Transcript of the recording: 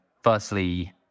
firstly